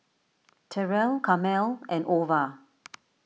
Terrell Carmel and Ova